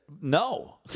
No